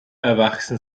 erwachsen